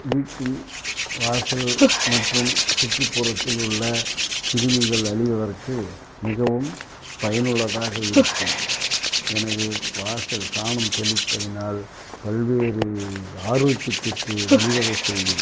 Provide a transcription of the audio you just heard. வீட்டில் வாசல் மற்றும் சுற்றுப்புறத்தில் உள்ள கிருமிகள் அழிவதற்கு மிகவும் பயனுள்ளதாக இருக்கும் எனவே வாசல் சாணம் தெளிப்பதனால் பல்வேறு ஆரோக்கியத்திற்கு வழி வகை செய்யும்